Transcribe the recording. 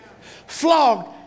flogged